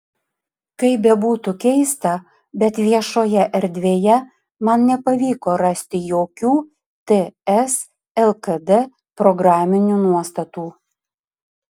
kaip bebūtų keista bet viešoje erdvėje man nepavyko rasti jokių ts lkd programinių nuostatų